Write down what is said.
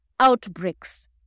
outbreaks